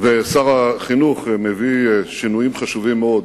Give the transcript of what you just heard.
שר החינוך מביא שינויים חשובים מאוד